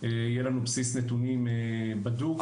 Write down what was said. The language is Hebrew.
יהיה לנו בסיס נתונים בדוק.